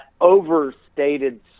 overstated